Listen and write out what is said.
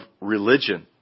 religion